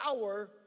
power